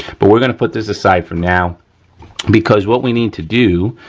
but we're gonna put this aside for now because what we need to do,